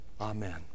amen